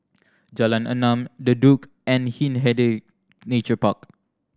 Jalan Enam The Duke and Hindhede Nature Park